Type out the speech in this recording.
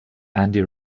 andy